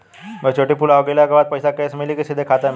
Maturity पूरा हो गइला के बाद पईसा कैश मिली की सीधे खाता में आई?